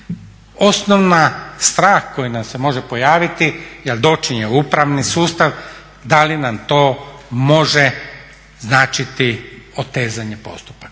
Osnovni strah koji nam se može pojaviti jer dočim je upravni sustav da li nam to može značiti otezanje postupaka?